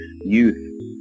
youth